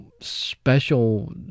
special